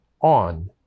on